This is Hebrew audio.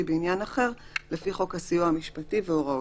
בעניין אחר לפי חוק הסיוע המשפטי והוראותיו.